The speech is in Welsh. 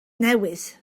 newydd